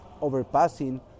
overpassing